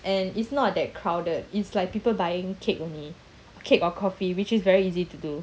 and it's not that crowded it's like people buying cake only cake or coffee which is very easy to do